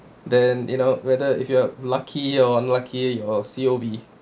then you know whether if you are lucky or unlucky your C_O_B